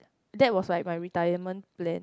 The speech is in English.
that was like my retirement plan